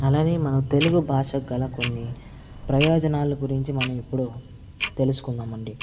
అలానే మనం తెలుగు భాషకు గల కొన్ని ప్రయోజనాలు గురించి మనం ఇప్పుడు తెలుసుకుందామండి